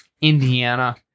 Indiana